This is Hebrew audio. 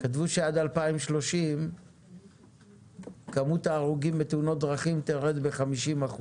כתבו שעד 2030 כמות ההרוגים בתאונות דרכים תרד ב-50%.